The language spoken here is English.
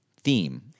theme